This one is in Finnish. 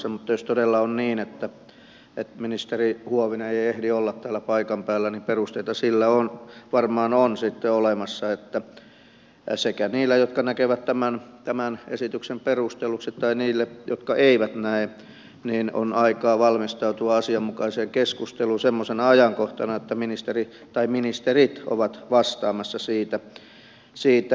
mutta jos todella on niin että ministeri huovinen ei ehdi olla täällä paikan päällä niin varmaan on sitten olemassa perusteita sille että sekä heillä jotka näkevät tämän esityksen perustelluksi että heillä jotka eivät näe on aikaa valmistautua asianmukaiseen keskusteluun semmoisena ajankohtana että ministeri tai ministerit ovat vastaamassa siitä